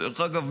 דרך אגב,